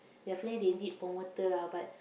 definitely they need promoter lah but